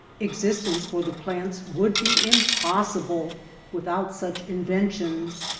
existence for the plants would be impossible without such inventions.